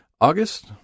August